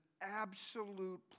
absolute